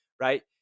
right